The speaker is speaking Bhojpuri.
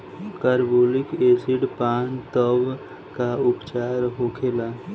कारबोलिक एसिड पान तब का उपचार होखेला?